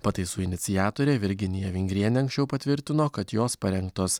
pataisų iniciatorė virginija vingrienė anksčiau patvirtino kad jos parengtos